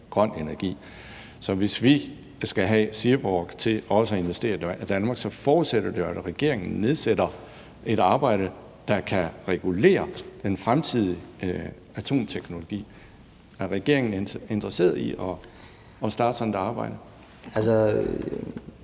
Så hvis vi skal have Seaborg til også at investere i Danmark, forudsætter det jo, at regeringen igangsætter et arbejde, der kan regulere den fremtidige atomteknologi. Er regeringen interesseret i at starte sådan et arbejde?